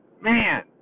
Man